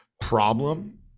problem